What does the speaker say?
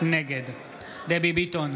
נגד דבי ביטון,